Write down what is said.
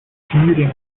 commuting